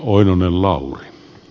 arvoisa puhemies